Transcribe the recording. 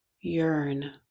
yearn